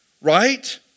Right